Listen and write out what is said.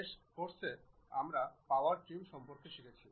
শেষ ক্লাসেতে আমরা পাওয়ার ট্রিম সম্পর্কে শিখেছি